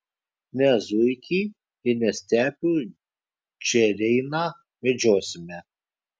ne zuikį ir ne stepių džeiraną medžiosime